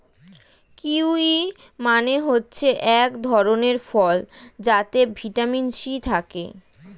kiwi মানে হচ্ছে এক ধরণের ফল যাতে ভিটামিন সি থাকে